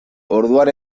orduan